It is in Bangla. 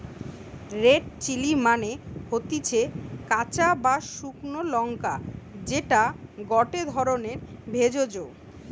রেড চিলি মানে হতিছে কাঁচা বা শুকলো লঙ্কা যেটা গটে ধরণের ভেষজ